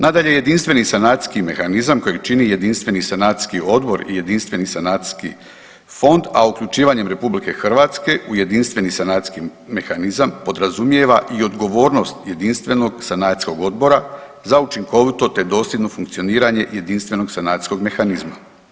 Nadalje, jedinstveni sanacijski mehanizam kojeg čini jedinstveni sanacijski odbor i jedinstveni sanacijski fond, a uključivanjem RH u jedinstveni sanacijski mehanizam podrazumijeva i odgovornost jedinstvenog sanacijskog odbora za učinkovito te dosljedno funkcioniranje jedinstvenog sanacijskog mehanizma.